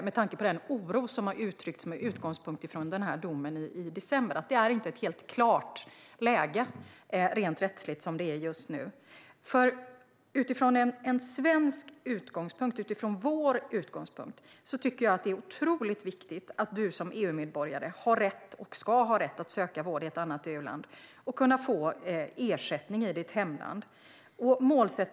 Med tanke på den oro som har uttryckts med utgångspunkt i domen i december är det inte ett helt klart läge rent rättsligt just nu. Jag tycker att det är otroligt viktigt att man som svensk medborgare har rätt och ska ha rätt att söka vård i ett annat EU-land och kunna få ersättning i sitt hemland.